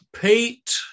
Pete